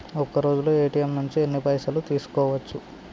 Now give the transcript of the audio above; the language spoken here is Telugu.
ఒక్కరోజులో ఏ.టి.ఎమ్ నుంచి ఎన్ని పైసలు తీసుకోవచ్చు?